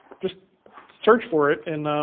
just search for it in